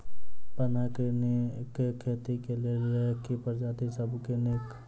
पानक नीक खेती केँ लेल केँ प्रजाति सब सऽ नीक?